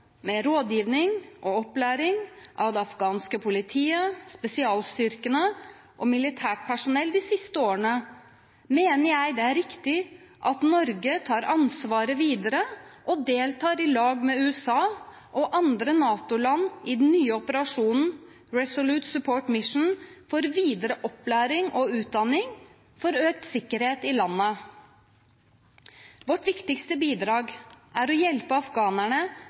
med relevante styrkebidrag. Når vi ser på det vi har oppnådd ved rådgivning og opplæring av det afghanske politiet, spesialstyrkene og militært personell de siste årene, mener jeg det er riktig at Norge tar ansvaret videre og deltar sammen med USA og andre NATO-land i den nye operasjonen, Resolute Support mission, for videre opplæring og utdanning for økt sikkerhet i landet. Vårt viktigste bidrag er å hjelpe